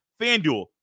FanDuel